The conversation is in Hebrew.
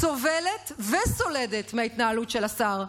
סובלת וסולדת מההתנהלות של השר.